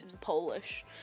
Polish